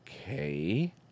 Okay